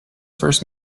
first